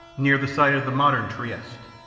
near the site of the modern trieste.